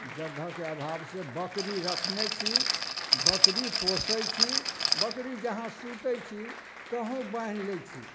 जगहके अभाब से बकरी रखने छी बकरी पोसै छी बकरी जहाँ सूतै छी तहुँ बान्हि लै छी